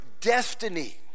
destiny